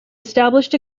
established